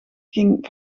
ging